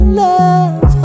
love